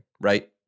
right